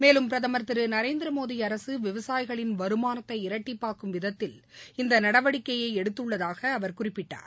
மேலும் பிரதமர் திரு நரேந்திரமோடி அரசு விவசாயிகளின் வருமானத்தை இரட்டிப்பாக்கும் விதத்தில் இந்த நடவடிக்கையை எடுத்துள்ளதாக அவர் குறிப்பிட்டார்